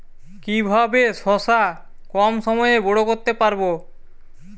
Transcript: কিভাবে শশা কম সময়ে বড় করতে পারব?